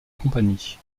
compagnie